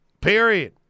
Period